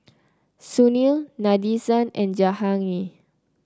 Sunil Nadesan and Jahangir